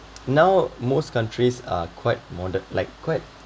now most countries are quite modern like quite